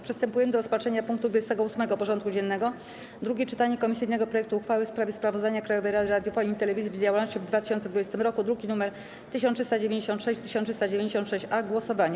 Przystępujemy do rozpatrzenia punktu 28. porządku dziennego: Drugie czytanie komisyjnego projektu uchwały w sprawie Sprawozdania Krajowej Rady Radiofonii i Telewizji z działalności w 2020 roku (druki nr 1396 i 1396-A) - głosowanie.